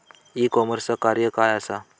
E कॉमर्सचा कार्य काय असा?